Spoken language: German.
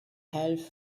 helfen